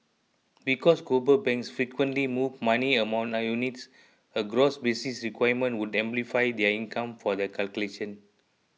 because global banks frequently move money among units a gross basis requirement would amplify their income for the calculation